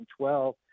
2012